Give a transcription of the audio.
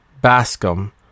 Bascom